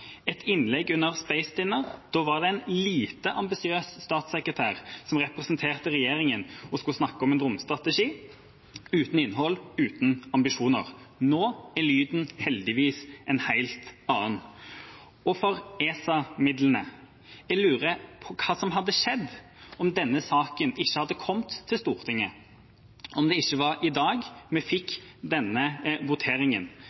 et innlegg under Space Dinner, var en lite ambisiøs statssekretær som representerte regjeringen, og skulle snakke om en romstrategi uten innhold, uten ambisjoner. Nå er lyden heldigvis en helt annen. Når det gjelder ESA-midlene, lurer jeg på hva som hadde skjedd, om denne saken ikke hadde kommet til Stortinget, om det ikke var i dag vi fikk denne voteringen.